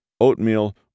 oatmeal